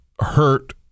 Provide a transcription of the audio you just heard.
hurt